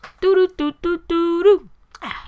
Do-do-do-do-do-do